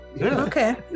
Okay